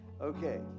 Okay